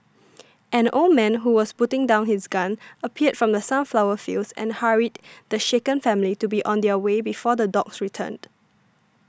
an old man who was putting down his gun appeared from the sunflower fields and hurried the shaken family to be on their way before the dogs return